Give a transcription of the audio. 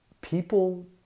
people